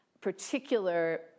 particular